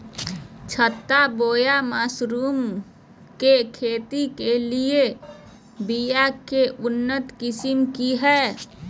छत्ता बोया मशरूम के खेती के लिए बिया के उन्नत किस्म की हैं?